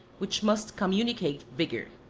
which must communicate vigour.